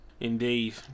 Indeed